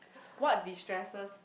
what destresses